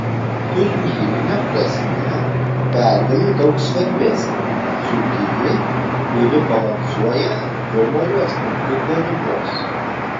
turnyrine prasme pergalė daug svarbesnė dzūkijai kuri balansuoja ant pirmojo aštuntuko ribos